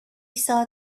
saw